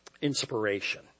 inspiration